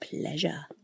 pleasure